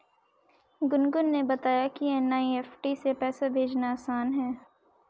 गुनगुन ने बताया कि एन.ई.एफ़.टी से पैसा भेजना आसान है